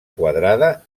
quadrada